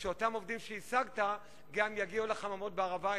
כדי שאותם עובדים שהשגת גם יגיעו לחממות בערבה.